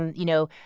you know,